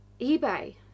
ebay